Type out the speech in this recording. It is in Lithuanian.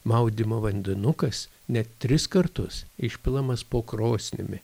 maudymo vandenukas net tris kartus išpilamas po krosnimi